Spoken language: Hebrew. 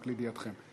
רק לידיעתכם.